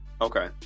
Okay